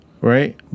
Right